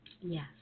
Yes